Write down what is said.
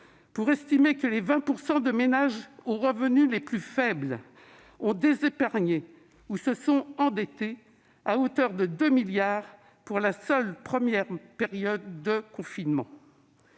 pour estimer que les 20 % de ménages aux revenus les plus faibles ont désépargné ou se sont endettés à hauteur de 2 milliards d'euros pour la seule première période de confinement.